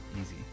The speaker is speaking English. Easy